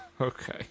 okay